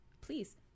please